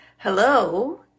Hello